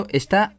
está